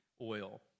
oil